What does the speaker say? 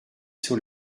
sceaux